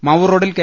മാവൂർ റോഡിൽ കെ